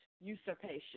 usurpation